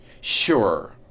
Sure